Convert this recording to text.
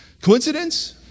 coincidence